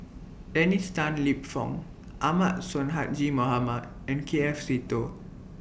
Dennis Tan Lip Fong Ahmad Sonhadji Mohamad and K F Seetoh